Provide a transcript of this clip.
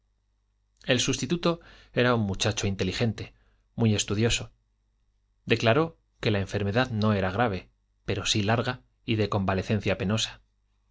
el sustituto era un muchacho inteligente muy estudioso declaró que la enfermedad no era grave pero sí larga y de convalecencia penosa